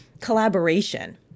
collaboration